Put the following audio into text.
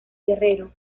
guerrero